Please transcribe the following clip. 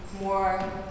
more